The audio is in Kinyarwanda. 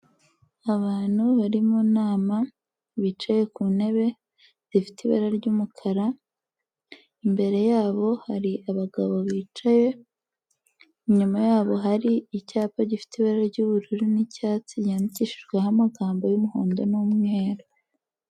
Abantu bari mu nama, bicaye ku ntebe zifite ibara ry'umukara, imbere yabo hari abagabo bicaye, inyuma yabo hari icyapa gifite ibara ry'ubururu n'icyatsi cyandikishijweho amagambo y'umuhondo n'umweru.